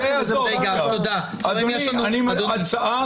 רק פעם אחת ביום אתה יכול בסוף דיון להצית מחדש ויכוח.